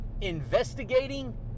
investigating